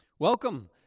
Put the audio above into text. Welcome